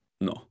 No